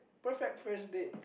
perfect first date